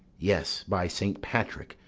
yes, by saint patrick,